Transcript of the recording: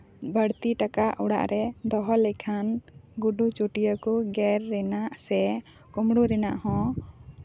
ᱵᱟᱹᱲᱛᱤ ᱴᱟᱠᱟ ᱚᱲᱟᱜ ᱨᱮ ᱫᱚᱦᱚ ᱞᱮᱠᱷᱟᱱ ᱜᱩᱰᱩ ᱪᱩᱴᱭᱟᱹ ᱠᱚ ᱜᱮᱨ ᱨᱮᱱᱟᱜ ᱥᱮ ᱠᱳᱸᱵᱽᱲᱳ ᱨᱮᱱᱟᱜ ᱦᱚᱸ